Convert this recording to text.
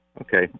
Okay